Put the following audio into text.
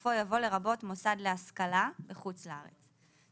בסופו יבוא "לרבות מוסד להשכלה בחוץ לארץ".